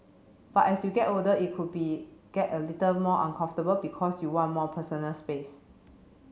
but as you get older it could be get a little more uncomfortable because you want more personal space